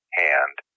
hand